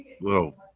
Little